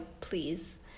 please